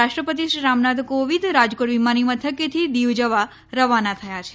રાષ્ર્ પતિ રામનાથકોવિંદ રાજકોટ વિમાની મથકેથી દિવ જવા રવાના થયા છે